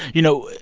you know,